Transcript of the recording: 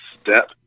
step